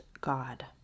God